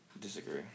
Disagree